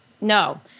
No